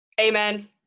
Amen